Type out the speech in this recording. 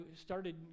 started